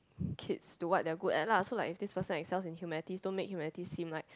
kids to what they are good at lah so like if this person excels in humanities don't make humanities seem like